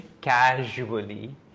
casually